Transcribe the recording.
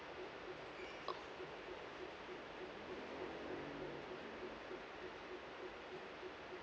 oh